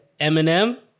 Eminem